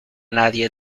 nadie